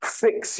fix